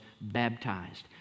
baptized